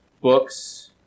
books